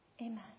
amen